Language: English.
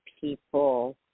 people